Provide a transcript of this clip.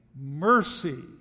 mercy